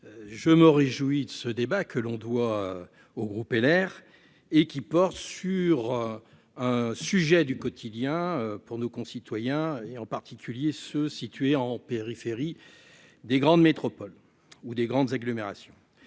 je me réjouis de ce débat, que l'on doit au groupe Les Républicains et qui porte sur un sujet du quotidien pour nos concitoyens, en particulier ceux qui vivent en périphérie des grandes métropoles ou des grandes agglomérations.